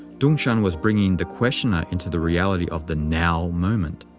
tung-shan was bringing the questioner into the reality of the now moment.